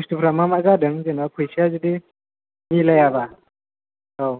बुस्थुफ्रा मा मा जादों जेनेबा फैसाया जुदि मिलायाबा औ